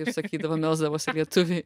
taip sakydavo melsdavosi lietuviai